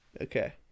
Okay